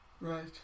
right